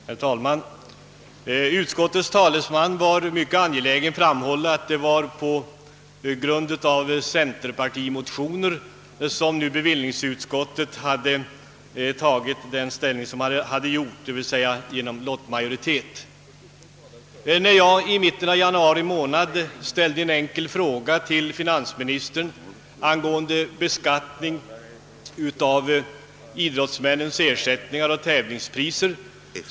Herr talman! Utskottets talesman var mycket angelägen om att framhålla, att det var på grund av centerpartimotioner som bevillningsutskottets lottmajoritet hade tagit ställning i detta ärende. I mitten av januari ställde jag en enkel fråga till finansministern angående beskattningen av idrottsmännens ersättningar och tävlingspriser.